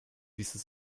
dieses